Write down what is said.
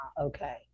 okay